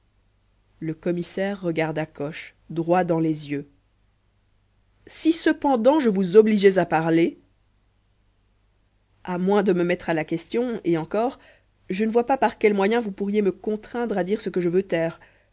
le commissaire regarda coche droit dans les yeux si cependant je vous obligeais à parler à moins de me mettre à la question et encore je ne vois pas par quel moyen vous pourriez me contraindre à dire ce que je veux taire